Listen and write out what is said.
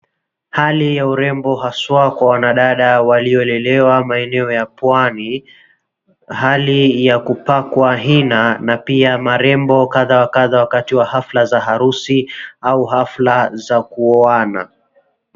Hali ya urembo haswa kwa akina dada ambao walilelewa maeneo ya pwani, hali ya kupakwa ina na pia marembo kadha wa kadha wakati wa hafla za harusi au hafla za kuoana.